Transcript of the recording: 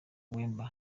wemba